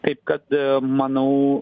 taip kad manau